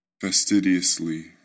Fastidiously